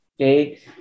Okay